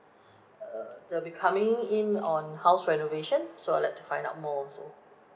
uh there'll be coming in on house renovation so I'd like to find out more also